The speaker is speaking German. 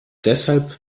deshalb